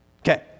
Okay